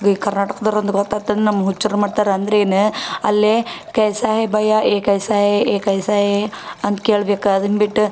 ಕರ್ನಾಟಕದವ್ರು ಅಂದು ಗೊತ್ತಾಯ್ತ್ ಅಂದ್ರೆ ನಮ್ಮ ಹುಚ್ಚರು ಮಾಡ್ತಾರ ಅಂದ್ರೇನು ಅಲ್ಲಿಯೇ ಕೈಸ ಹೆ ಬಯ್ಯ ಎ ಕೈಸ ಹೆ ಎ ಕೈಸ ಏ ಅಂತ ಕೇಳ್ಬೇಕು ಅದನ್ನು ಬಿಟ್ಟು